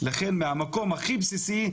לכן מהמקום הכי בסיסי,